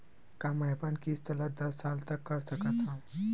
का मैं अपन किस्त ला दस साल तक कर सकत हव?